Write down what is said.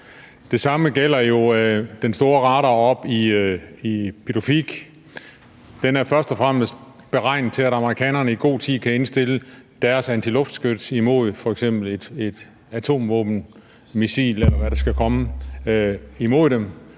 Det samme gælder jo den store radar oppe i Pituffik: Den er først og fremmest beregnet til, at amerikanerne i god tid kan indstille deres antiluftskyts og rette dem mod f.eks. et atomvåbenmissil, eller hvad der skulle komme imod dem.